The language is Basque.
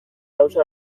gauza